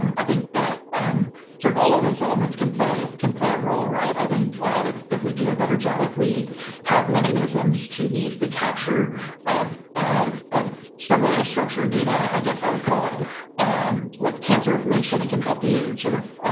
i think that i'm sort of all of those elements can play can play a role. right? i think if if we do a better job, if we have mechanisms to ease the capture of, as of semi structured data, i guess i would call it with cancer information. it can help you, sort of,